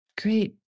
great